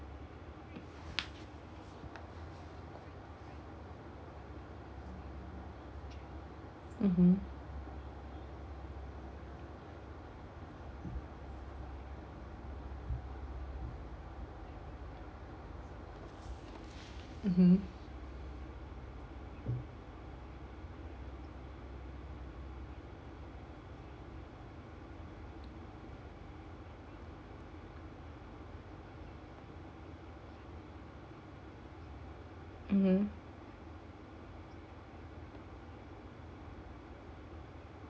mmhmm mmhmm mmhmm